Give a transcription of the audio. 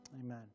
Amen